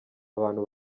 abantu